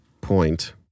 point